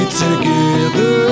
together